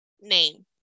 name